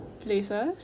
places